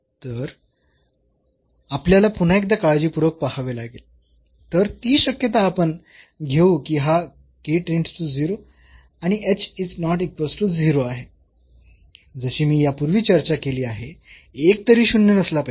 तर आपल्याला पुन्हा एकदा काळजीपूर्वक पहावे लागेल तर ती शक्यता आपण घेऊ की हा आणि आहे जशी मी यापूर्वी चर्चा केली आहे एक तरी शून्य नसला पाहिजे